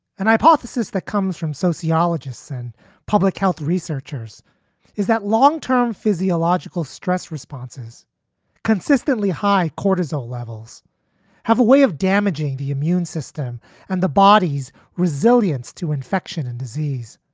and hypothesis that comes from sociologists and public health researchers is that long term physiological stress response is consistently high. cortisol levels have a way of damaging the immune system and the body's resilience to infection and disease.